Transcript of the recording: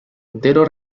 entero